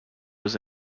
was